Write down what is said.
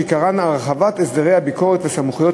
שעיקרן הרחבת הסדרי הביקורת וסמכויות